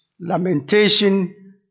Lamentation